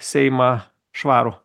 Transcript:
seimą švarų